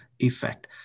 effect